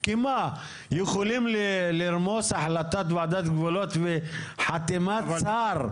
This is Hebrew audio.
יכולים לרמוס החלטת ועדת גבולות וחתימת שר?